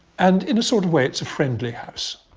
and in a sort of way it's a friendly house.